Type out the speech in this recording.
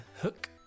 Hook